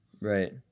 Right